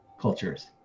cultures